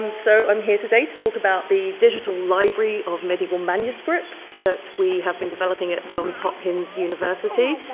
and so i'm here today to talk about the digital library of medieval manuscripts that we have been developing at johns hopkins university.